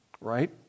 right